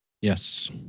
Yes